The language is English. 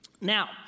Now